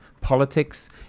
politics